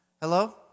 Hello